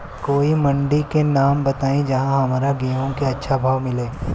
कोई मंडी के नाम बताई जहां हमरा गेहूं के अच्छा भाव मिले?